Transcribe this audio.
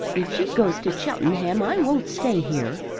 if she goes to cheltenham i won't stay here.